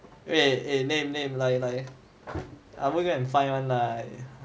eh eh name name 来来 I won't go and find one lah